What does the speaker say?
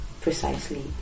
precisely